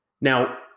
Now